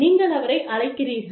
நீங்கள் அவரை அழைக்கிறீர்கள்